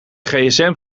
gsm